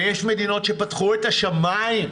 ויש מדינות שפתחו את השמים.